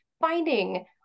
finding